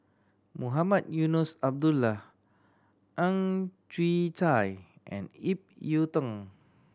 Mohamed Eunos Abdullah Ang Chwee Chai and Ip Yiu Tung